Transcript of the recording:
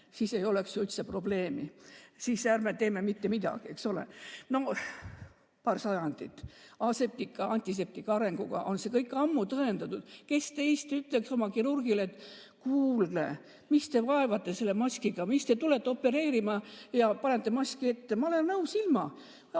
siis ei oleks ju üldse probleemi. Siis ärme teeme mitte midagi, eks ole. Paar sajandit kestnud antiseptiku arenguga on see kõik ammu tõendatud. Kes teist ütleks oma kirurgile, et kuulge, mis te vaevate end selle maskiga, mis te tulete opereerima ja panete maski ette, ma olen nõus ilma.